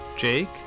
Jake